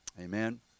Amen